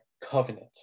covenant